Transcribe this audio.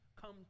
Come